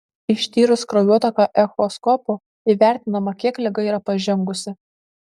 ištyrus kraujotaką echoskopu įvertinama kiek liga yra pažengusi